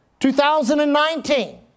2019